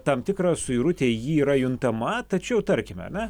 tam tikra suirutė ji yra juntama tačiau tarkime ar ne